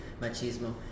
machismo